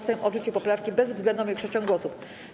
Sejm odrzucił poprawki bezwzględną większością głosów.